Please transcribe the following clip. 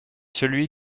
celui